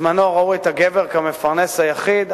בעבר ראו את הגבר כמפרנס היחיד,